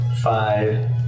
five